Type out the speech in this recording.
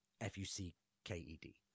F-U-C-K-E-D